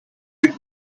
phd